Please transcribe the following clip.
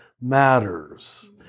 matters